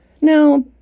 Now